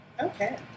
Okay